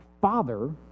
father